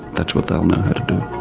that's what they'll know how to do.